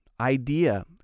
idea